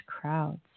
crowds